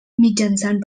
mitjançant